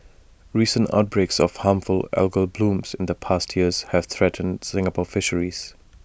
recent outbreaks of harmful algal blooms in the past years have threatened Singapore fisheries